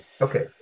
okay